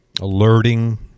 alerting